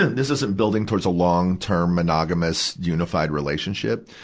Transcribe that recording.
this isn't building towards a long-tern monogamous, unified relationship.